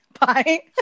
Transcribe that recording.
Bye